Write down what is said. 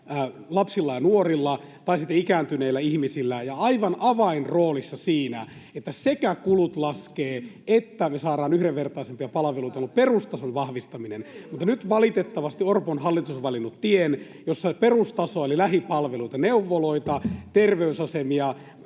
lapsilla ja nuorilla tai ikääntyneillä ihmisillä. Aivan avainroolissa siinä, että sekä kulut laskevat että me saadaan yhdenvertaisempia palveluita, on ollut perustason vahvistaminen. [Annika Saarikko: Kyllä!] Mutta nyt valitettavasti Orpon hallitus on valinnut tien, jossa perustasoa — eli lähipalveluita, neuvoloita, terveysasemia